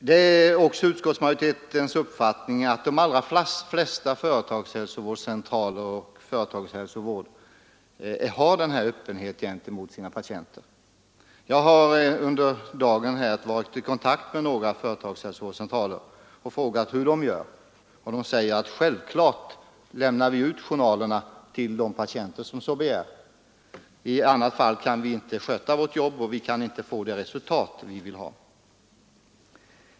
Det är också utskottsmajoritetens uppfattning att de allra flesta företagshälsovårdscentraler och företagsläkare tillämpar denna öppenhet gentemot sina patienter. Jag har under dagen varit i kontakt med några företagshälsovårdscentraler och frågat hur de gör, och de säger att självklart lämnar vi ut journalerna till de patienter som så begär. I annat fall kan vi inte sköta vårt jobb och vi kan inte få de resultat som vi vill ha.